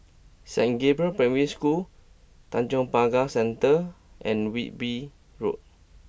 Saint Gabriel's Primary School Tanjong Pagar Centre and Wilby Road